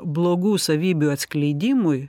blogų savybių atskleidimui